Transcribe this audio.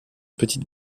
petite